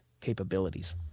capabilities